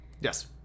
yes